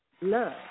love